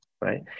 right